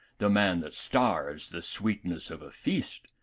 the man that starves the sweetness of a feast,